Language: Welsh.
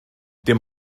dim